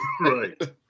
Right